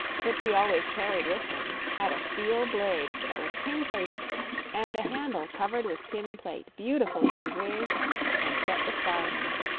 which he always carried with him, had a steel blade that was tin plated and a handle covered with tin plate beautifully engraved and set with diamonds.